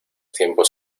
tiempos